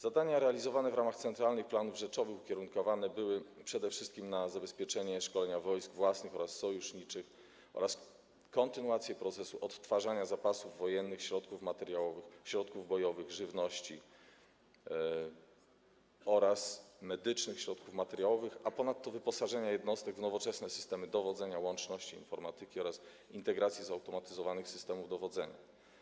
Zadania realizowane w ramach centralnych planów rzeczowych ukierunkowane były przede wszystkim na zabezpieczenie szkolenia wojsk własnych oraz sojuszniczych oraz kontynuację procesu odtwarzania zapasów wojennych, środków materiałowych, środków bojowych, żywności oraz medycznych środków materiałowych, a ponadto wyposażenia jednostek w nowoczesne systemy dowodzenia, łączności, informatyki oraz integracji zautomatyzowanych systemów dowodzenia.